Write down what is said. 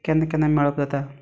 केन्ना केन्ना मेळप जाता